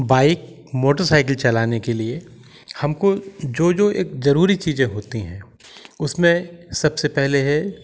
bike motorcycle चलाने के लिए हमको जो जो एक जरूरी चीज़ें होती है उसमें सबसे पहले है